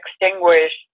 extinguished